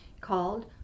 called